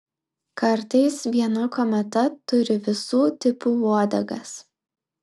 kartais viena kometa turi visų tipų uodegas